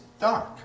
dark